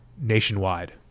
nationwide